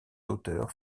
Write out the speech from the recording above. auteurs